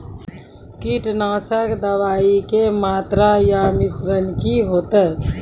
कीटनासक दवाई के मात्रा या मिश्रण की हेते?